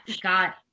Got